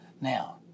now